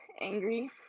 angry